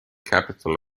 capital